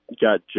got